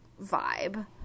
vibe